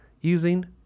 using